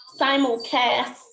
simulcast